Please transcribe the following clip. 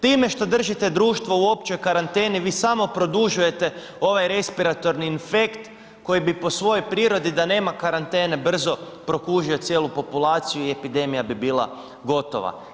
Time što držite društvo u općoj karanteni, vi samo produžujete ovaj respiratorni infekt koji bi po svojoj prirodi, da nema karantene, brzo prokužio cijelu populaciju i epidemija bi bila gotova.